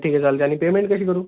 ठीक आहे चालते आणि पेमेंट कशी करू